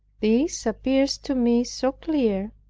this appears to me so clear,